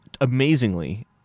Amazingly